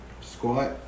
Squat